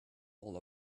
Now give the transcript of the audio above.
all